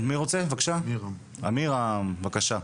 עמירם הלו, בבקשה.